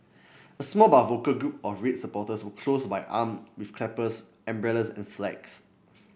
a small but vocal group of red supporters were close by armed with clappers umbrellas and flags